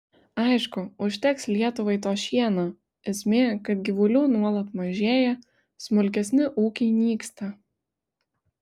aišku užteks lietuvai to šieno esmė kad gyvulių nuolat mažėja smulkesni ūkiai nyksta